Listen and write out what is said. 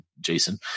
Jason